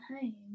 home